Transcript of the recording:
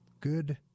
Good